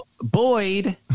Boyd